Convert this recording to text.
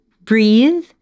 breathe